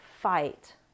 fight